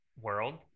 world